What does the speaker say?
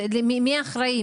מי אחראי?